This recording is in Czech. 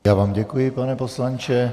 Já vám děkuji, pane poslanče.